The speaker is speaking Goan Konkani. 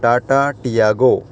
टाटा टियागो